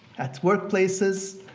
at workplaces,